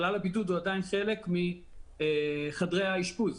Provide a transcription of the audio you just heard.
חלל בידוד הוא עדיין חלק מחדרי האשפוז.